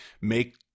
make